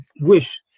wish